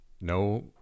no